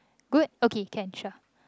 good okay can sure